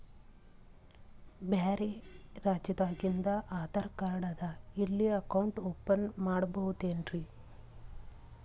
ಬ್ಯಾರೆ ರಾಜ್ಯಾದಾಗಿಂದು ಆಧಾರ್ ಕಾರ್ಡ್ ಅದಾ ಇಲ್ಲಿ ಅಕೌಂಟ್ ಓಪನ್ ಮಾಡಬೋದೇನ್ರಿ?